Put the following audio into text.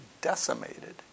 decimated